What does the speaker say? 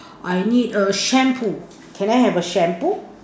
I need a shampoo can I have a shampoo